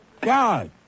God